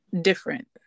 Different